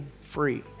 free